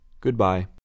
Goodbye